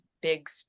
big